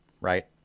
right